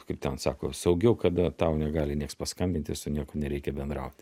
kaip ten sako saugiau kada tau negali paskambinti su niekuo nereikia bendrauti